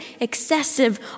excessive